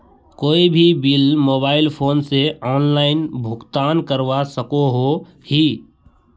कोई भी bill mobile phone से ऑनलाइन भुगतान करवा सकोहो ही?